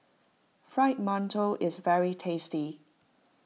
Fried Mantou is very tasty